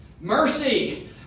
Mercy